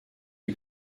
die